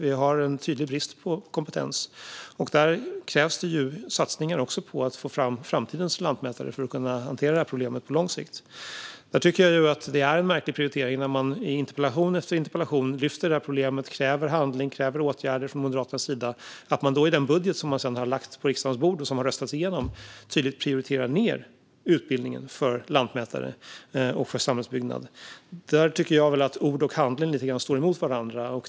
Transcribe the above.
Vi har en tydlig brist på kompetens. Det krävs satsningar på att få fram framtidens lantmätare för att kunna hantera det här problemet på lång sikt. Med tanke på att man från Moderaternas sida i interpellation efter interpellation lyfter fram det här problemet och kräver handling och åtgärder tycker jag att det är en märklig prioritering att man i den budget som man har lagt på riksdagens bord och som har röstats igenom tydligt prioriterat ned utbildningen för lantmätare och i samhällsbyggnad. Där tycker jag väl att ord och handling lite grann står emot varandra.